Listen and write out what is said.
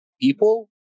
people